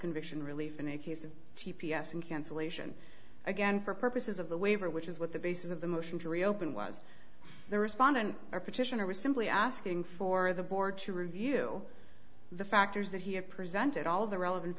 conviction relief in a case of t p s and cancellation again for purposes of the waiver which is what the basis of the motion to reopen was the respondent or petitioner was simply asking for the board to review the factors that he had presented all of the relevan